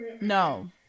No